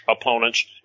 opponents